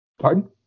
Pardon